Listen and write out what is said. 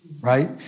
right